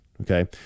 Okay